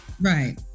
Right